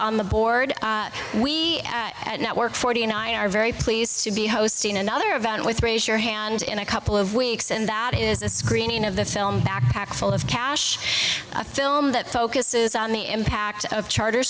on the board we network forty and i are very pleased to be hosting another event with raise your hand in a couple of weeks and that is a screening of the film backpack full of cash a film that focuses on the impact of charter